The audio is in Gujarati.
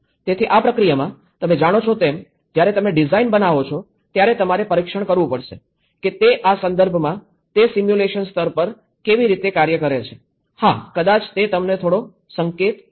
તેથી આ પ્રક્રિયામાં તમે જાણો છો તેમ જ્યારે તમે ડિઝાઇન બનાવો છો ત્યારે તમારે પરીક્ષણ કરવું પડશે કે તે આ સંદર્ભમાં તે સિમ્યુલેશન સ્તર પર કેવી રીતે કાર્ય કરે છે હા કદાચ તે તમને થોડો સંકેત આપશે